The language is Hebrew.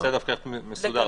נעשה את זה מסודר.